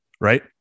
right